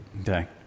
Okay